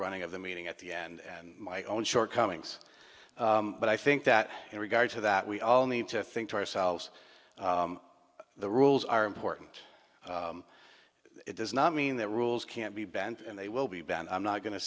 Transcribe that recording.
running of the meeting at the end my own shortcomings but i think that in regard to that we all need to think to ourselves the rules are important it does not mean that rules can't be banned and they will be banned i'm not go